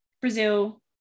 Brazil